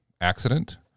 accident